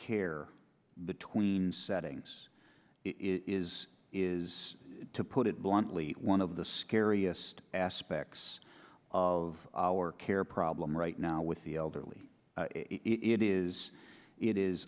care between settings is is to put it bluntly one of the scariest aspects of our care problem right now with the elderly it is it is